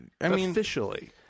Officially